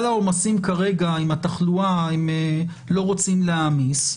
העומסים כרגע עם התחלואה הם לא רוצים להעמיס,